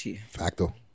Facto